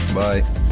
bye